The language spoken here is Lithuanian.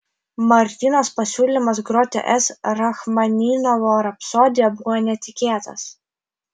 martynos pasiūlymas groti s rachmaninovo rapsodiją buvo netikėtas